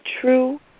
true